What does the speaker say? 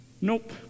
Nope